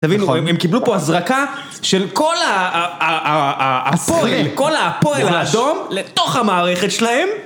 תבינו הם קיבלו פה הזרקה של כל הפועל, כל הפועל האדום לתוך המערכת שלהם